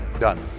Done